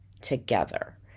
together